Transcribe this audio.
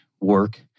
work